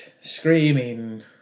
screaming